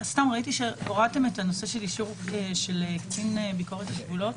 יש הרי החרגה פה לעניין איש צוות אוויר בתקנות חובת הבדיקות.